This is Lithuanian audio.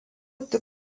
tik